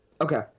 Okay